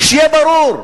שיהיה ברור,